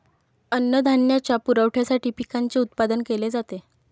अन्नधान्याच्या पुरवठ्यासाठी पिकांचे उत्पादन केले जाते